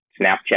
Snapchat